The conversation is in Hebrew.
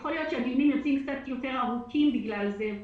יכול להיות שהדיונים יוצאים קצת יותר ארוכים בגלל זה,